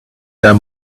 there